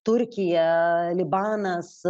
turkija libanas